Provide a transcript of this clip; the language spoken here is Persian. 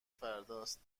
فرداست